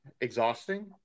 exhausting